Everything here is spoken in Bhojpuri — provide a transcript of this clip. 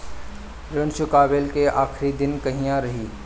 ऋण चुकव्ला के आखिरी दिन कहिया रही?